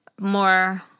More